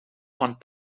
van